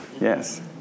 Yes